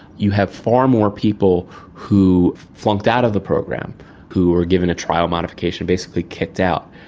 you have far more people who flunked out of the program who were given a trial modification, basically kicked out.